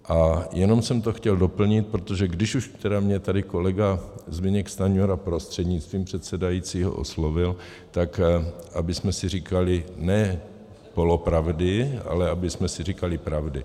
A jenom jsem to chtěl doplnit, protože když už tedy mě tady kolega Zbyněk Stanjura prostřednictvím předsedajícího oslovil, tak abychom si říkali ne polopravdy, ale abychom si říkali pravdy.